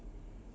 (uh huh)